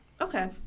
Okay